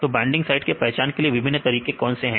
तो binding site के पहचान के लिए विभिन्न तरीके कौन से हैं